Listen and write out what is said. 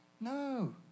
No